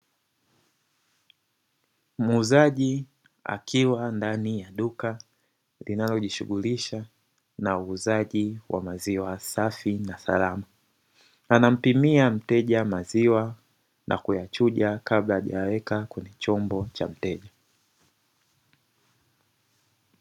Muuzaji akiwa ndani ya duka linalojishughulisha na uuzaji wa maziwa safi na salama, anampimia mteja maziwa na kuyachuja kabla hajayaweka kwenye chombo cha mteja.